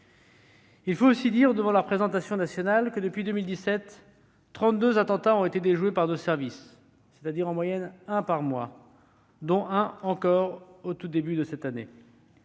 Je tiens aussi à dire devant la représentation nationale que, depuis 2017, trente-deux attentats ont été déjoués par nos services, c'est-à-dire en moyenne un par mois, dont un encore au tout début de cette année.